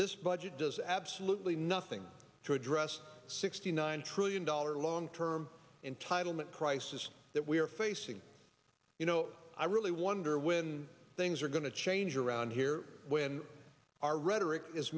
this budget does absolutely nothing to address sixty nine trillion dollar long term entitlement crisis that we are facing you know i really wonder when things are going to change around here when our rhetoric is